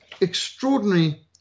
extraordinary